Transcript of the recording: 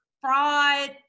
fraud